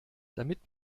damit